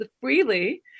freely